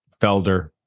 Felder